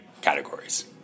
categories